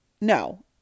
No